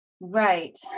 Right